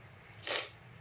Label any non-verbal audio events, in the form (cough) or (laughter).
(noise)